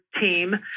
team